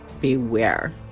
beware